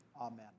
Amen